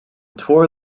tour